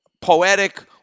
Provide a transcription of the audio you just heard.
poetic